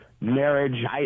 marriage